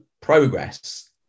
progress